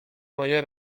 moje